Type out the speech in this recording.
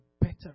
better